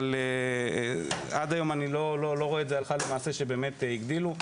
אבל עד היום אני לא רואה הלכה למעשה שבאמת הגדילו.